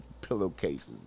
pillowcases